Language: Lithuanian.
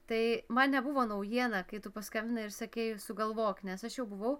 tai man nebuvo naujiena kai tu paskambinai ir sakei sugalvok nes aš jau buvau